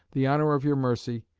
the honour of your mercy,